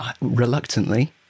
reluctantly